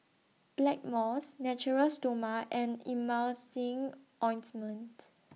Blackmores Natura Stoma and Emulsying Ointment